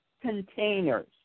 containers